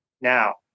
now